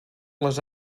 les